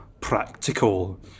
practical